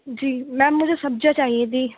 جی ma'am مجھے سبزیاں چاہیے تھی